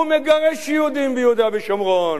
הוא מגרש יהודים ביהודה ושומרון,